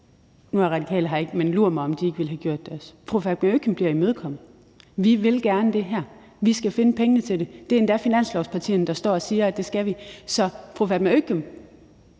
nu er Radikale her ikke, men lur mig, om ikke også de ville have gjort det. Fru Fatma Øktem bliver imødekommet. Vi vil gerne det her, vi skal finde pengene til det. Det er endda finanslovspartierne, der står og siger, at det skal vi. Så fru Fatma Øktem